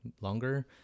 longer